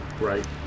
right